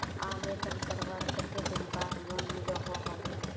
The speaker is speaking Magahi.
आवेदन करवार कते दिन बाद लोन मिलोहो होबे?